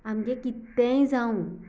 आमगें कितेंय जांव